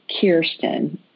Kirsten